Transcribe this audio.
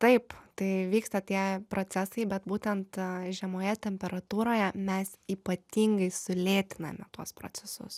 taip tai vyksta tie procesai bet būtent žemoje temperatūroje mes ypatingai sulėtiname tuos procesus